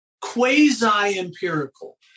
quasi-empirical